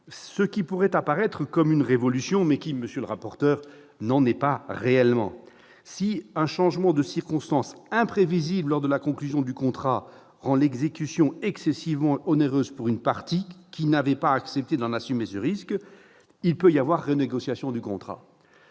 pourrait apparaître comme une révolution, monsieur le rapporteur, mais n'en est pas réellement une. Si un changement de circonstances imprévisible lors de la conclusion du contrat rend son exécution excessivement onéreuse pour une partie qui n'aurait pas accepté d'assumer ce risque, il peut y avoir renégociation du contrat.